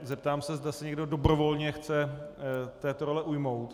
Zeptám se, zda se někdo dobrovolně chce této role ujmout.